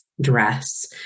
dress